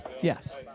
yes